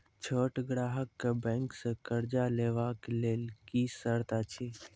छोट ग्राहक कअ बैंक सऽ कर्ज लेवाक लेल की सर्त अछि?